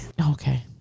Okay